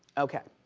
okay.